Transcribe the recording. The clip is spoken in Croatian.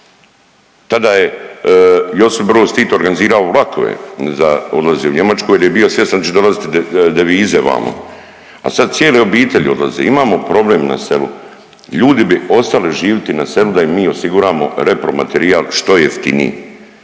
Tada je Josip Broz Tito organizirao vlakove za odlaze u Njemačku jer je bio svjestan da će dolaziti devize vamo, a sad cijele obitelji odlaze. Imam problem na selu. Ljudi bi ostali živjeti na selu da im mi osigurati repromaterijal što jeftiniji,